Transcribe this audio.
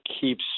keeps